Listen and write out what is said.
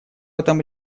этом